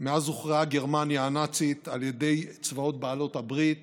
מאז הוכרעה גרמניה הנאצית על ידי צבאות בעלות הברית